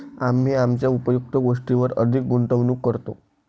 आम्ही आमच्या उपयुक्त गोष्टींवर अधिक गुंतवणूक करतो